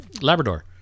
Labrador